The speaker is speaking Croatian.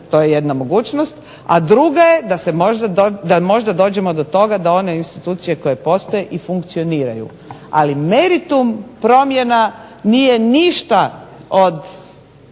To je jedna mogućnost, a druga je da možda dođemo do toga da one institucije koje postoje i funkcioniraju. Ali meritum promjena nije ništa od,